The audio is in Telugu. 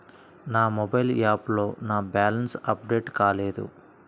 నా మొబైల్ యాప్లో నా బ్యాలెన్స్ అప్డేట్ కాలేదు